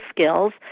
skills